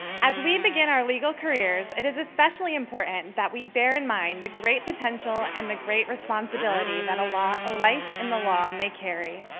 as we begin our legal careers, it is especially important that we bear in mind the great potential and the great responsibility that a life in the law may carry.